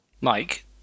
Mike